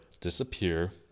disappear